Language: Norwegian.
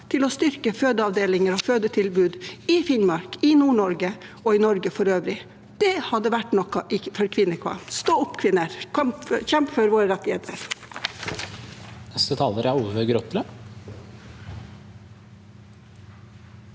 til å styrke fødeavdelinger og fødetilbud i Finnmark, i Nord-Norge og i Norge for øvrig. Det hadde vært noe for kvinnekampen. Stå opp, kvinner, og kjemp for våre rettigheter! Olve Grotle